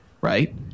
Right